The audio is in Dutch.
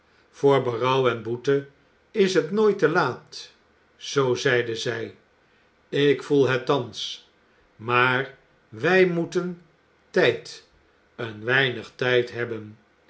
voor berouw en boete is het nooit te laat zoo zeide zij ik voel het thans maar wij moeten tijd een weinig tijd hebben